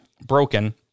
broken